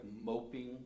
moping